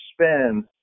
spend –